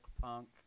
punk